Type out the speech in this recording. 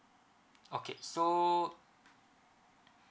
okay so